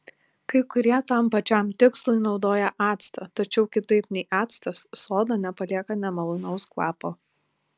kai kurie tam pačiam tikslui naudoja actą tačiau kitaip nei actas soda nepalieka nemalonaus kvapo